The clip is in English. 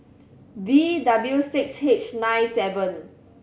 V W six H nine seven